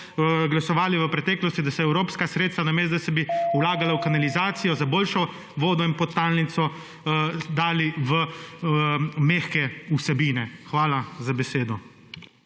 glasovali v preteklosti, da se evropska sredstva, namesto da se bi vlagalo v kanalizacijo, za boljšo vodo in podtalnico, dali v mehke vsebine. Hvala za besedo.